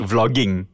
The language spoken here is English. Vlogging